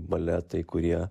baletai kurie